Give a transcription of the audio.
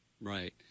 Right